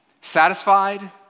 satisfied